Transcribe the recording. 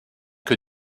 que